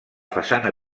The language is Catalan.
façana